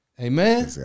Amen